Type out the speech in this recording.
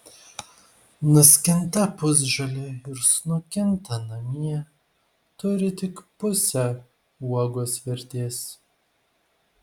nuskinta pusžalė ir sunokinta namie turi tik pusę uogos vertės